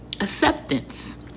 acceptance